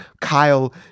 Kyle